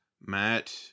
Matt